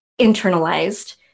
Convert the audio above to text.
internalized